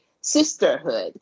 sisterhood